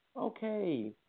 Okay